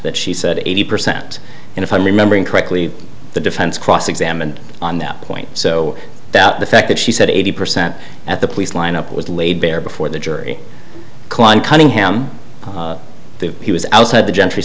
that she said eighty percent and if i'm remembering correctly the defense cross examined on that point so that the fact that she said eighty percent at the police lineup was laid bare before the jury klein cunningham he was outside the gentry